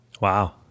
Wow